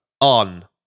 on